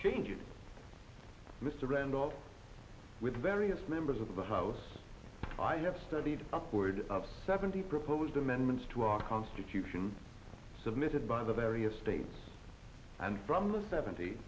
change it mr randolph with various members of the house i have studied upward of seventy proposed amendments to our constitution submitted by the various states and from the sevent